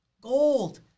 gold